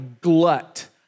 glut